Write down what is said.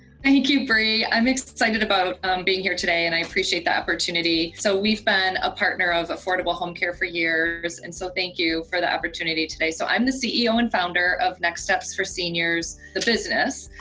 and thank you, bree. i'm excited about being here today and i appreciate the opportunity. so we've been a partner of affordable homecare for years, and so thank you for the opportunity today. so i'm the ceo and founder of next steps four seniors, the business,